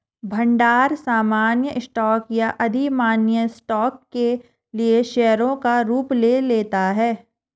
भंडार सामान्य स्टॉक या अधिमान्य स्टॉक के लिए शेयरों का रूप ले लेता है